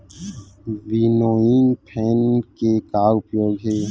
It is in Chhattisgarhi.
विनोइंग फैन के का उपयोग हे?